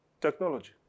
Technology